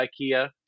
ikea